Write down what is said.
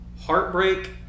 heartbreak